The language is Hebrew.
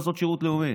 לעשות שירות לאומי.